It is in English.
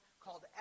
called